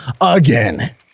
Again